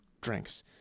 drinks